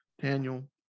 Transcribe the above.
Daniel